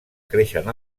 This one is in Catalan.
creixen